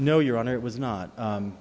no your honor it was not